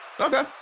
Okay